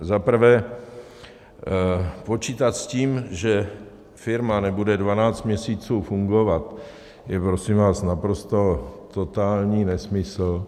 Za prvé, počítat s tím, že firma nebude 12 měsíců fungovat, je, prosím vás, naprosto totální nesmysl.